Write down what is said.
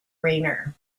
rayner